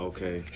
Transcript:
Okay